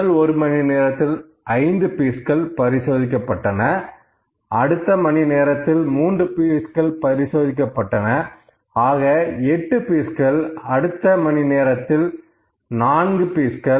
முதல் ஒரு மணி நேரத்தில் 5 பீஸ்கள் பரிசோதிக்கப்பட்டன அடுத்த மணி நேரத்தில் 3 பீஸ்கள் பரிசோதிக்கப்பட்டன ஆக 8 பீஸ்கள் அடுத்த மணி நேரத்தில் 4 பீஸ்கள்